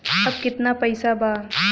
अब कितना पैसा बा?